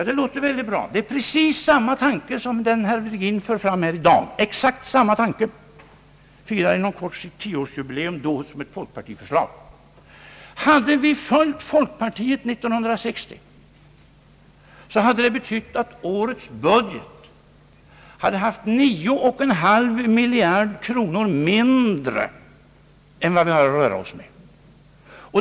Det låter bra. Det är precis samma tanke som herr Virgin här för fram i dag. Den firar inom kort sitt tioårsjubileum som folkpartiförslag. Om vi hade följt folkpartiets förslag 1960 hade det betytt att årets budget haft 9,5 miljarder kronor mindre än vad vi har att röra oss med.